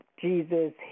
Jesus